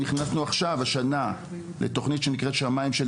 גם נכנסנו השנה לתוכנית שנקראת ׳שמיים׳,